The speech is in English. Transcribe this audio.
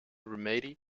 remedy